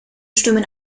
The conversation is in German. stimmen